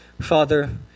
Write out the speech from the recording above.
Father